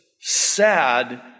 sad